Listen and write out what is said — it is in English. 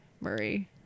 Murray